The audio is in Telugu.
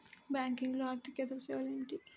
బ్యాంకింగ్లో అర్దికేతర సేవలు ఏమిటీ?